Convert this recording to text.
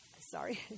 Sorry